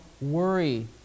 worry